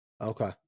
Okay